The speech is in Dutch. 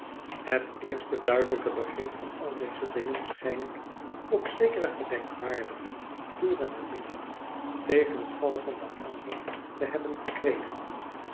het eerste duidelijke begrip van al deze dingen schijn ik op zekeren gedenkwaardigen guren namiddag tegen het vallen van den avond te hebben gekregen